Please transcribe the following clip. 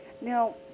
Now